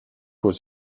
was